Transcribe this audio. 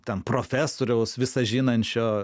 ten profesoriaus visažinančio